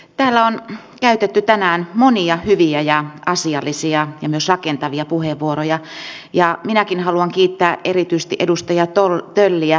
iso asia puolustusvoimien tulevan toiminnan kannalta ovat nämä korvaavat ennen muuta lentokonehankinnat ja on sanottu että nämä tehdään sitten erillisrahoituksella